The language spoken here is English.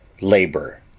labor